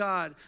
God